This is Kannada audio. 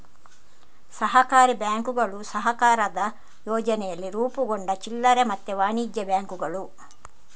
ಸಹಕಾರಿ ಬ್ಯಾಂಕುಗಳು ಸಹಕಾರದ ಯೋಚನೆಯಲ್ಲಿ ರೂಪುಗೊಂಡ ಚಿಲ್ಲರೆ ಮತ್ತೆ ವಾಣಿಜ್ಯ ಬ್ಯಾಂಕುಗಳು